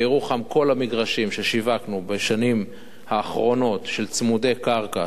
בירוחם כל המגרשים ששיווקו בשנים האחרונות של צמודי קרקע,